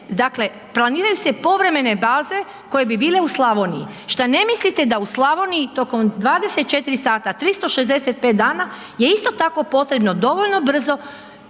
dakle planiraju se povremene baze koje bi bile u Slavoniji. Što ne mislite da u Slavoniji tokom 24h 365 dana je isto tako potrebno dovoljno brzo